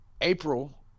April